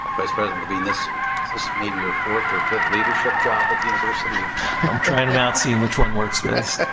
vice president levine, this this may be your fourth or fifth leadership job at the university i'm trying them out. seeing which one works best.